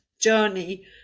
journey